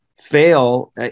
fail